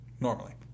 Normally